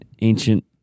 ancient